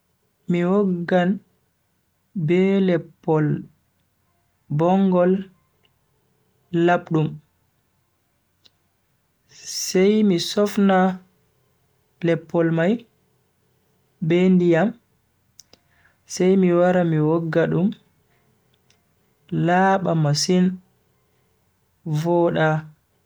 Mi woggan be leppol bongol labdum. mi sofnan leppol mai be ndiyam sai mi wara mi wogga dum laaba masin voda.